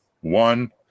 one